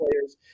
players